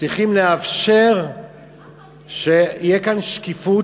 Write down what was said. צריכים לאפשר שתהיה כאן שקיפות,